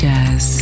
Jazz